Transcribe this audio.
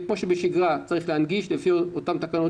כמו שבשגרה צריך להנגיש לפי אותן תקנות